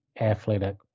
athletic